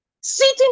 Sitting